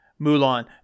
Mulan